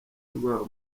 rwabo